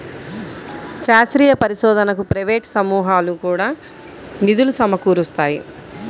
శాస్త్రీయ పరిశోధనకు ప్రైవేట్ సమూహాలు కూడా నిధులు సమకూరుస్తాయి